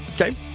Okay